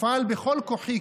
אפעל בכל כוחי,